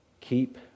Keep